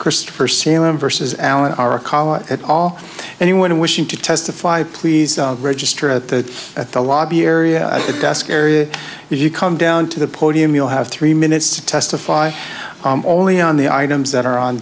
christopher seaman versus allen are a calm at all anyone wishing to testify please register at the at the lobby area at the desk area if you come down to the podium you'll have three minutes to testify only on the items that are on